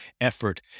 effort